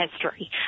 history